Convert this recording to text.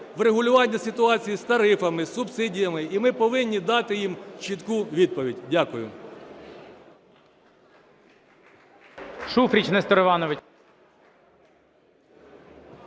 врегулювання ситуації з тарифами, з субсидіями, і ми повинні дати їм чітку відповідь. Дякую.